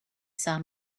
saw